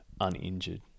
uninjured